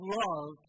love